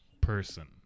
person